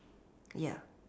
ya